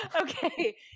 Okay